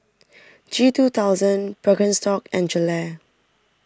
G two thousand Birkenstock and Gelare